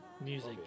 Music